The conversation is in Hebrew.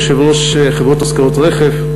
יו"ר חברות השכרות רכב,